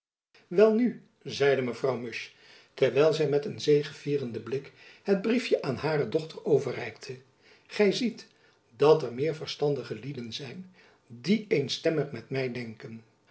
welnu zeide mevrouw musch terwijl zy met een zegevierenden blik het briefjen aan hare dochter overreikte gy ziet dat er meer verstandige lieden zijn die eenstemmig met my denken